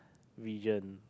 vision